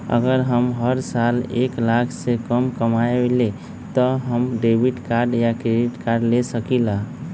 अगर हम हर साल एक लाख से कम कमावईले त का हम डेबिट कार्ड या क्रेडिट कार्ड ले सकीला?